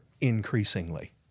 increasingly